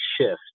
shift